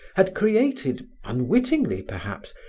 had created, unwittingly perhaps,